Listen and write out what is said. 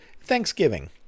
Thanksgiving